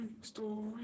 story